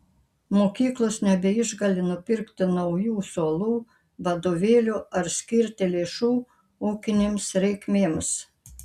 mokyklos nebeišgali nupirkti naujų suolų vadovėlių ar skirti lėšų ūkinėms reikmėms